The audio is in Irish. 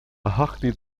theachtaí